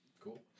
Cool